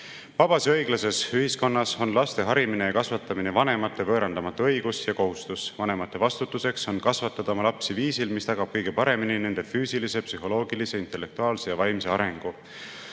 ja õiglases ühiskonnas on laste harimine ja kasvatamine vanemate võõrandamatu õigus ja kohustus. Vanemate vastutus on kasvatada oma lapsi viisil, mis tagab kõige paremini nende füüsilise, psühholoogilise, intellektuaalse ja vaimse arengu.